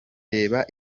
reba